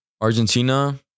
Argentina